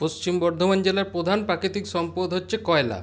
পশ্চিম বর্ধমান জেলার প্রধান পাকিতিক সম্পদ হচ্ছে কয়লা